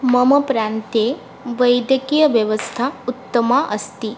मम प्रान्ते वैद्यकीयव्यवस्था उत्तमा अस्ति